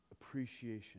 appreciation